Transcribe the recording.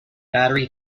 battery